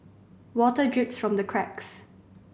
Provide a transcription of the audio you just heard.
water drips from the cracks